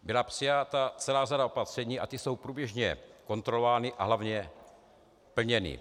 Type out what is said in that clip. Byla přijata celá řada opatření a ta jsou průběžně kontrolována a hlavně plněna.